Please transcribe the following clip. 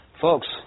folks